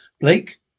Blake